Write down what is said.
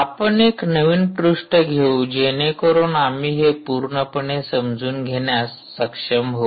आपण एक नवीन पृष्ठ घेऊ जेणेकरुन आम्ही हे पूर्णपणे समजून घेण्यास सक्षम होऊ